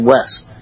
West